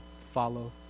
follow